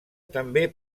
també